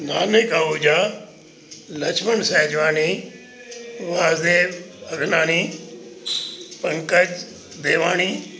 Namik Ahuja Laxman Saijwani Vasudev Agnani Pankaj Bewani